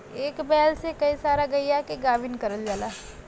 एक बैल से कई सारा गइया के गाभिन करल जाला